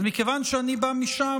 אז מכיוון שאני בא משם,